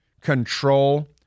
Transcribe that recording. control